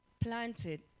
planted